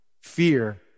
fear